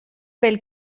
pel